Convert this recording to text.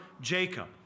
Jacob